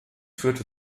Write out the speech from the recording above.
führte